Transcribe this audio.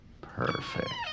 Perfect